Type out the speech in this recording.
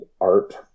art